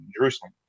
Jerusalem